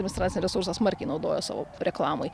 administracinį resursą smarkiai naudoja savo reklamai